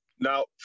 Now